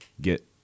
get